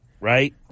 right